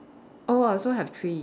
oh I also have three